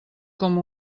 com